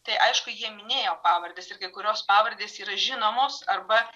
tai aišku jie minėjo pavardes ir kai kurios pavardės yra žinomos arba